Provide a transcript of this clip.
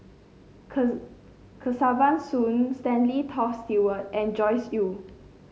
Kesavan Soon Stanley Toft Stewart and Joyce Jue